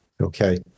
Okay